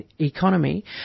Economy